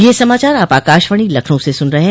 ब्रे क यह समाचार आप आकाशवाणी लखनऊ से सुन रहे हैं